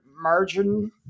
Margin